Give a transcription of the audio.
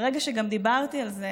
ברגע שגם דיברתי על זה